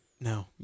No